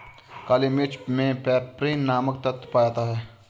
काली मिर्च मे पैपरीन नामक तत्व पाया जाता है